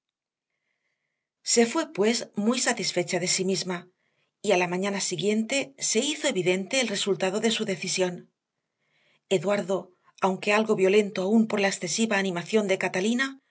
se fue pues muy satisfecha de sí misma y a la mañana siguiente se hizo evidente el resultado de su decisión eduardo aunque algo violento aún por la excesiva animación de catalina